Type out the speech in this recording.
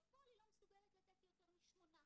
בפועל היא לא מסוגלת לתת יותר משמונה,